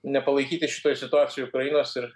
nepalaikyti šitoj situacijoj ukrainos ir